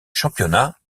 championnat